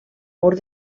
mur